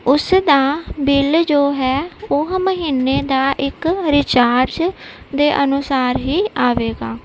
ਉਸ ਦਾ ਬਿਲ ਜੋ ਹੈ ਉਹ ਮਹੀਨੇ ਦਾ ਇੱਕ ਰਿਚਾਰਜ ਦੇ ਅਨੁਸਾਰ ਹੀ ਆਵੇਗਾ